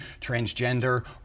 transgender